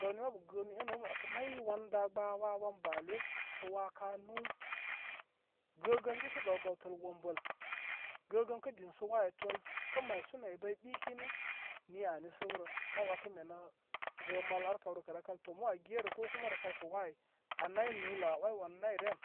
Gawni mabu gəənuu enu bə mə wakə may wan da gbaa waa wan bale sə waa ka nuu. Gəgə sə i kə gaw gawtəl wombəl gəgən kə din sə waa ai tool kə maysu naybay ɓikini nii ani səw rə ma wakə mene erə mal, ar kawrə kə rə kal tomu aa gye rə ko kuma rə kal kə waa ai aa nay nuu lə aa wai wanuu nayrye an.